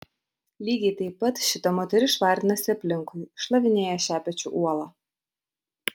lygiai taip pat šita moteris švarinasi aplinkui šlavinėja šepečiu uolą